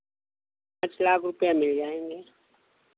पाँच लाख रुपैया मिल जाएंगे